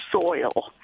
soil